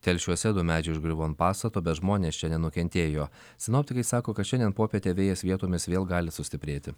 telšiuose du medžiai užgriuvo ant pastato bet žmonės čia nenukentėjo sinoptikai sako kad šiandien popietę vėjas vietomis vėl gali sustiprėti